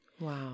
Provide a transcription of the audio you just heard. Wow